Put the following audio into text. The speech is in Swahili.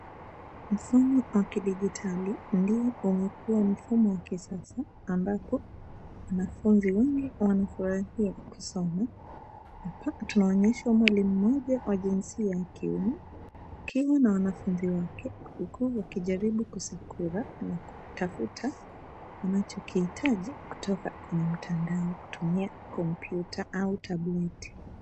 Mfumo wa kidigitali ndio umekuwa mfumo wa kisasa ambapo wanafunzi wengi wanafurahia kusoma. Hapa tunaonyeshwa mwalimu mmoja wa jinsia ya kiume akiwa na wanafunzi wake, huku wakijaribu kusukura na kutafuta, unachokihitaji kutokya kwenye mtandao kutumia kompyuta au tableti.